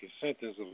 sentence